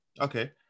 Okay